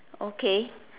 okay